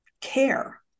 care